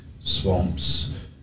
Swamps